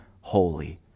holy